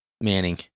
Manning